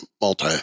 multi